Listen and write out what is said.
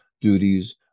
duties